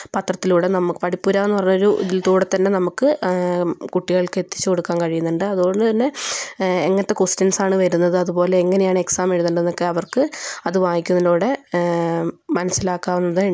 പത്രത്തിലൂടെ നമു പടിപ്പുര എന്ന് പറഞ്ഞ ഇതിൽ കൂടി തന്നെ നമുക്ക് കുട്ടികൾക്ക് എത്തിച്ചു കൊടുക്കാൻ കഴിയുന്നുണ്ട് അതുകൊണ്ട് തന്നേ എങ്ങനത്തേ ക്വസ്റ്റ്യൻസ് ആണ് വരുന്നത് അതുപോലെ എങ്ങനെയാണ് എക്സാം എഴുതേണ്ടത് എന്നൊക്കേ അവർക്ക് അത് വായിക്കുന്നതിലൂടെ മനസ്സിലാക്കാവുന്നതേയുള്ളൂ